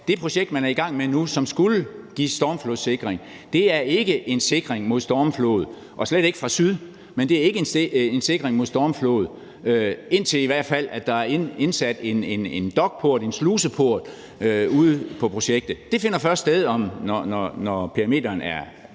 det projekt, som man er i gang med nu, som skulle give stormflodssikring, ikke er en sikring mod stormflod og slet ikke, hvis den kommer fra syd. Det er ikke en sikring mod stormflod, i hvert fald ikke før der er indsat en dokport, en sluseport, ude ved projektet. Det finder først sted, når perimeteren er